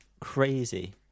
crazy